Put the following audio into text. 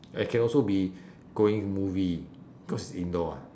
and can also be going movie cause it's indoor what